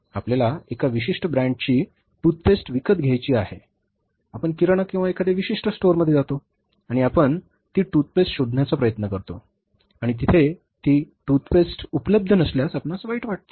आपल्याला एका विशिष्ट ब्रँडची दात पेस्ट विकत घ्यायची आहे आपण किराणा किंवा एखाद्या विशिष्ट स्टोअरमध्ये जातो आणि आपण ती दात पेस्ट शोधण्याचा प्रयत्न करतो आणि तिथे ती दात पेस्ट उपलब्ध नसल्यास आपणास वाईट वाटते